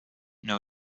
know